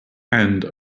and